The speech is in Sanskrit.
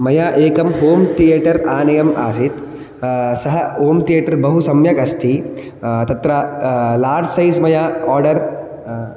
मया एकम् होम् तियेटर् आनयम् आसीत् सः होम् तियेटर् बहु सम्यक् अस्ति तत्र लार्ज् सैस् मया आर्डर्